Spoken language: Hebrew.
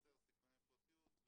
יוצר סיכוני פרטיות,